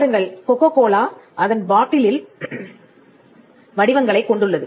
பாருங்கள் Coca Cola அதன் பாட்டிலில் வடிவங்களைக் கொண்டுள்ளது